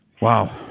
Wow